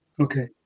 Okay